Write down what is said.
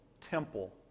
temple